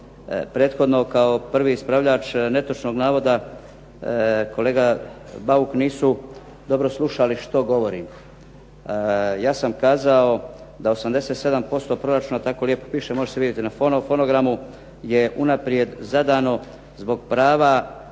prethodno kao prvi ispravljač netočnog navoda kolega Bauk nisu dobro slušali što govorim. Ja sam kazao da 87% proračuna tako lijepo piše, može se vidjeti na fonogramu, je unaprijed zadano zbog prava